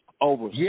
over